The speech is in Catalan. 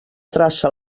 traça